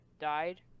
died